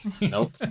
Nope